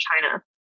China